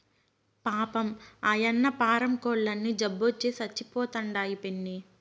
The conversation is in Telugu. పాపం, ఆయన్న పారం కోల్లన్నీ జబ్బొచ్చి సచ్చిపోతండాయి పిన్నీ